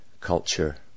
culture